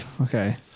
Okay